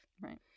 right